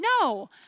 No